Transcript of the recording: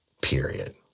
period